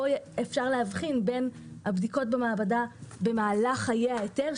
אפשר להבחין בין הבדיקות במעבדה במהלך חיי ההיתר,